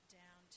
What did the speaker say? down